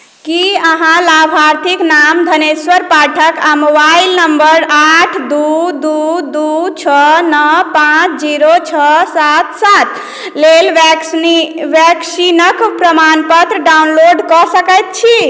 की अहाँ लाभार्थीक नाम धनेश्वर पाठक आ मोबाइल नम्बर आठ दू दू दू छओ नओ पाँच जीरो छओ सात सात लेल वैक्सनी वैक्सीनक प्रमाणपत्र डाउनलोड कऽ सकैत छी